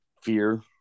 fear